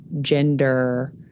gender